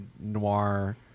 noir